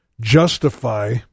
justify